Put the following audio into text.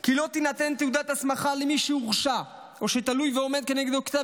כי לא תינתן תעודת הסמכה למי שהורשע או שתלוי ועומד כנגדו כתב